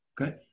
Okay